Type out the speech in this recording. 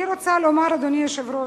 אני רוצה לומר, אדוני היושב-ראש,